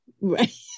right